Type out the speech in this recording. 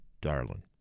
Darling